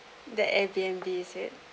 then airbnb he said